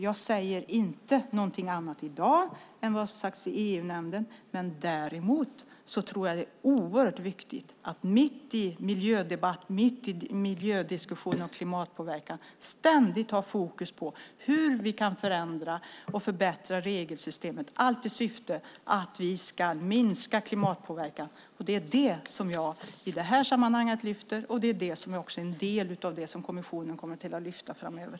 Jag säger inget annat i dag än vad som har sagts i EU-nämnden, men jag tror däremot att det är oerhört viktigt att mitt i miljödebatten och miljödiskussionerna om klimatpåverkan ständigt ha fokus på hur vi kan förändra och förbättra regelsystemet - allt i syfte att minska klimatpåverkan. Det är det jag lyfter fram i detta sammanhang, och det är det som också är den del av det kommissionen kommer att lyfta fram framöver.